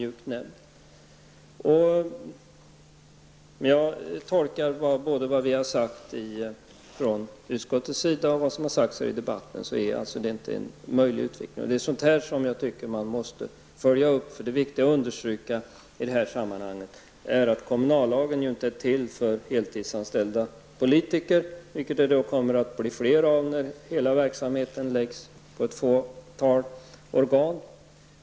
Vad utskottet har sagt och vad som har sagts här i debatten tolkar jag så att detta inte är en möjlig utveckling. Sådant här tycker jag att man måste följa upp. Det är viktigt att understryka i detta sammanhang att kommunallagen inte är till för heltidsanställda politiker, vilka kommer att bli fler när hela verksamheten läggs på ett fåtal organ.